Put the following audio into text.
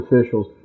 officials